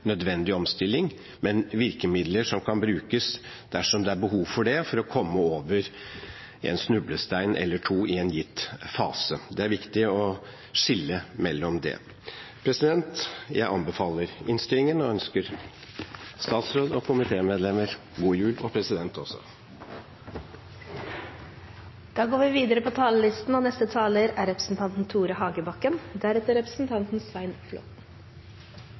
nødvendig omstilling, men virkemidler som kan brukes dersom det er behov for det, for å komme over en snublestein eller to i en gitt fase. Det er viktig å skille mellom det. Jeg anbefaler innstillingen og ønsker statsråd og komitémedlemmer – og presidenten – en god jul.